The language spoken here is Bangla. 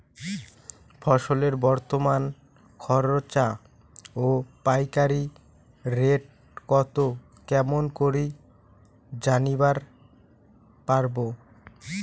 ফসলের বর্তমান খুচরা ও পাইকারি রেট কতো কেমন করি জানিবার পারবো?